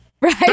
Right